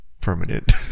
permanent